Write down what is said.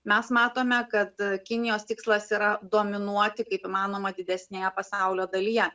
mes matome kad kinijos tikslas yra dominuoti kaip įmanoma didesnėje pasaulio dalyje